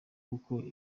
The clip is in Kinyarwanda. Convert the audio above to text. kuko